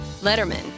Letterman